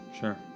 sure